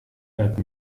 bleibt